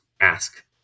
ask